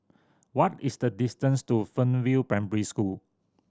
what is the distance to Fernvale Primary School